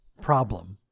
problem